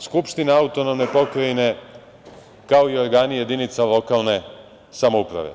Skupština AP, kao i organi jedinaca lokalne samouprave.